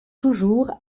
toujours